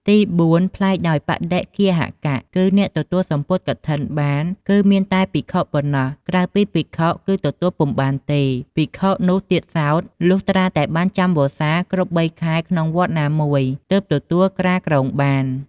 ទីបួន ប្លែកដោយបដិគ្គាហក គឺអ្នកទទួលសំពត់កឋិនបានគឺមានតែភិក្ខុប៉ុណ្ណោះ ក្រៅពីភិក្ខុគឺទទួលពុំបានទេ ភិក្ខុនោះទៀតសោត លុះត្រាតែបាននៅចាំវស្សាគ្រប់៣ខែក្នុងវត្តណាមួយ ទើបទទួលក្រាលគ្រងបាន។